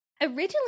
originally